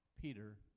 Peter